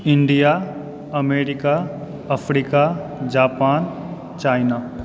India America Africa Japan China